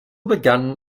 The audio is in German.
begann